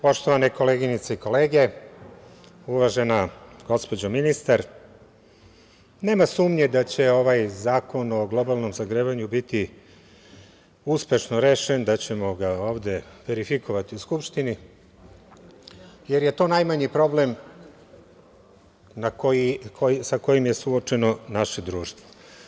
Poštovane koleginice i kolege, uvažena gospođo ministar, nema sumnje da će ovaj zakon o globalnom zagrevanju biti uspešno rešen, da ćemo ga ovde verifikovati u Skupštini, jer je to najmanji problem sa kojim je suočeno naše društvo.